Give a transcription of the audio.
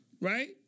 right